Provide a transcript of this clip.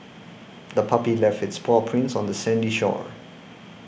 the puppy left its paw prints on the sandy shore